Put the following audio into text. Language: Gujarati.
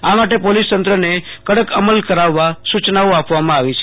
આ માટે પોલિસ તંત્રને કડક અમલ કરાવવા સુચ નાઓ આપવામાં આવી છે